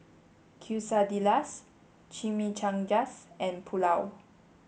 Quesadillas Chimichangas and Pulao